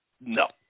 No